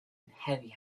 heavy